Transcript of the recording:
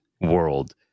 world